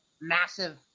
massive